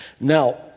Now